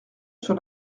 sur